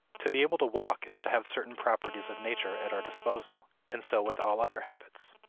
to be able to walk is to have certain properties of nature at our disposal and so with all other habits.